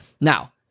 now